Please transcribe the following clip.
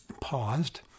paused